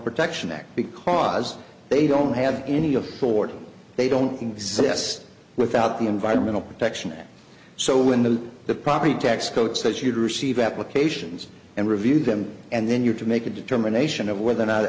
protection act because they don't have any affordable they don't exist without the environmental protection and so when the the property tax code says you'd receive applications and review them and then your to make a determination of whether or not